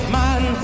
man